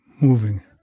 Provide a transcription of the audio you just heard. moving